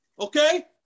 Okay